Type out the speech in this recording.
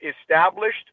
established